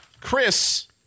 chris